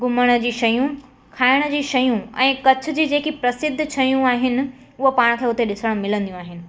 घुमण जी शयूं खाइण जी शयूं ऐं कच्छ जी जेके प्रसिद्ध शयूं आहिनि उहो पाण खे उते ॾिसणु मिलंदियूं आहिनि